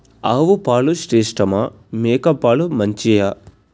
ఆవు పాలు శ్రేష్టమా మేక పాలు మంచియా?